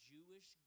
Jewish